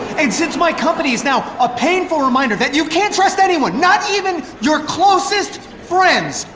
and since my company is now a painful reminder that you can't trust anyone, not even your closest friends!